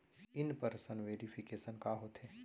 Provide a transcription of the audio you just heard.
In person verification का होथे?